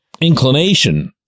inclination